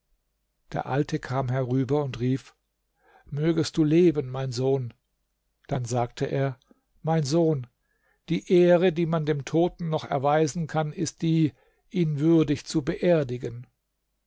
der alte kam herüber und rief mögest du leben mein sohn dann sagte er mein sohn die ehre die man dem toten noch erweisen kann ist die ihn würdig zu beerdigen